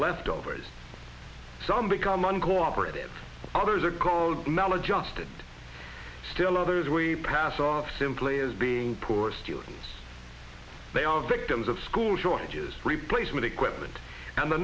leftovers some become uncooperative others are called maladjusted still others we pass off simply as being poor students they are victims of school shortages replacement equipment and the